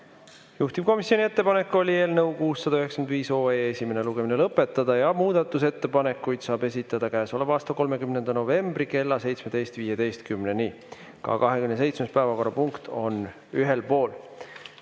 Juhtivkomisjoni ettepanek oli eelnõu 695 esimene lugemine lõpetada ja muudatusettepanekuid saab esitada käesoleva aasta 30. novembri kella 17.15‑ni. Ka 27. päevakorrapunktiga oleme ühel pool.